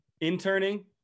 interning